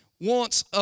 wants